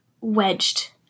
wedged